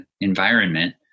environment